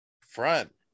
front